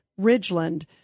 Ridgeland